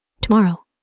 Tomorrow